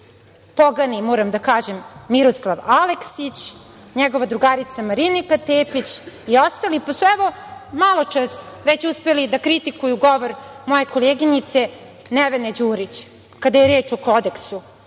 pogani, moram da kažem, Miroslav Aleksić, njegova drugarica Marinika Tepić i ostali, pa su evo maločas već uspeli da kritikuju govor moje koleginice Nevene Đurić kada je reč o kodeksu,